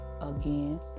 again